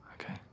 Okay